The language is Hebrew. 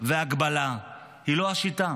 והגבלה הן לא השיטה.